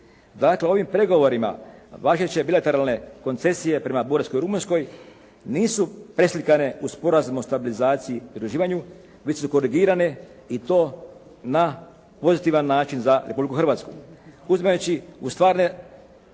Dakle, ovim pregovorima važeće bilateralne koncesije prema Bugarskoj i Rumunjskoj nisu preslikane u Sporazum o stabilizaciji i pridruživanju, već su korigirane i to na pozitivan način za Republiku Hrvatsku, uzimajući u stvarne